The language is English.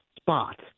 spot